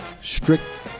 strict